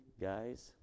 guys